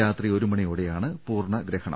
രാത്രി ഒരു മണിയോടെയാണ് പൂർണഗ്രഹണം